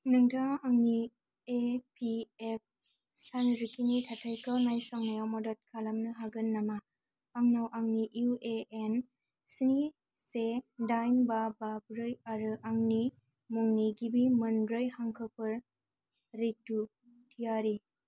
नोंथाङा आंनि इपिएफ सानरिखिनि थाथायखौ नायसंनायाव मदद खालामनो हागोन नामा आंनाव आंनि इउएएन स्नि से दाइन बा बा ब्रै आरो आंनि मुंनि गिबि मोनब्रै हांखोफोर रितु तिवारि